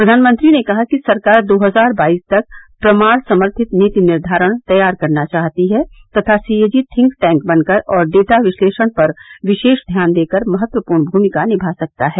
प्रधानमंत्री ने कहा कि सरकार दो हजार बाईस तक प्रमाण समर्थित नीति निर्धारण तैयार करना चाहती है तथा C A G think tank बनकर और डेटा विश्लेषण पर विशेष ध्यान देकर महत्वपूर्ण भूमिका निभा सकता है